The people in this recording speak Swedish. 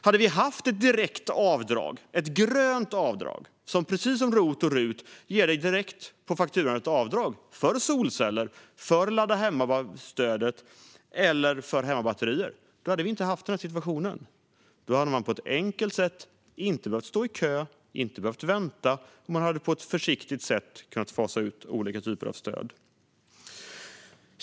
Hade vi haft ett grönt avdrag - direkt på fakturan precis som med ROT och RUT - för solceller, hemmaladdning eller hemmabatterier hade vi inte haft den här situationen. Då hade det varit enkelt. Man hade inte behövt stå i kö, inte behövt vänta. Olika typer av stöd hade kunnat fasas ut på ett försiktigt sätt.